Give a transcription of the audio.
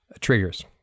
triggers